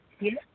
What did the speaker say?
Yes